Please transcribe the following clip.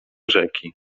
rzeki